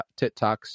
TikToks